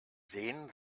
sehen